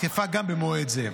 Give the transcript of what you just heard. התקפה גם במועד זה.